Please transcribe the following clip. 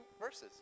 verses